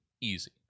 Easy